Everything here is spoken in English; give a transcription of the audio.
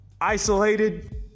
Isolated